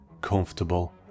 comfortable